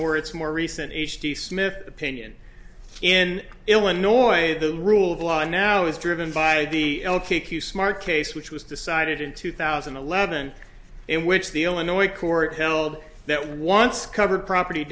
or its more recent h t smith opinion in illinois the rule of law now is driven by the l a q q smart case which was decided in two thousand and eleven in which the illinois court held that once covered property